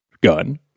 gun